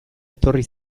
etorri